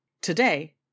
Today